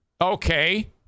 Okay